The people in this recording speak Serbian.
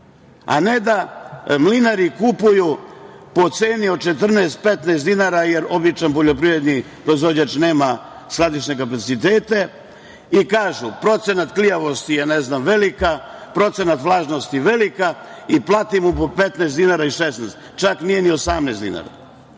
a ne da mlinari kupuju po ceni od 14, 15 dinara, jer običan poljoprivredni proizvođač nema skladišne kapacitete i kažu - procenat klijavosti je velika, procenat vlažnosti velika i plati mu po 15 dinara i 16, čak nije ni 18 dinara.